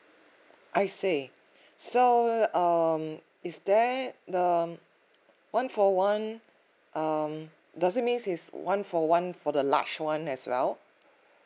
I see so um is there um one for one um does it means is one for one for the large [one] as well